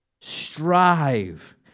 Strive